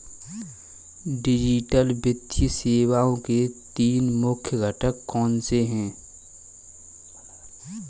digital वित्तीय सेवाओं के तीन मुख्य घटक कौनसे हैं